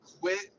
quit